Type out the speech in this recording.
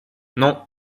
non